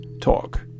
talk